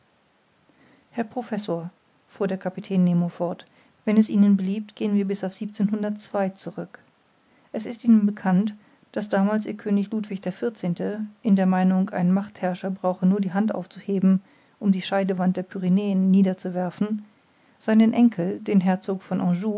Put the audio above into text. herr professor fuhr der kapitän nemo fort wenn es ihnen beliebt gehen wir bis auf zurück es ist ihnen bekannt daß damals ihr könig ludwig xiv in der meinung ein machtherrscher brauche nur die hand aufzuheben um die scheidewand der pyrenäen niederzuwerfen seinen enkel den herzog von